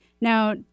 Now